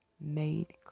made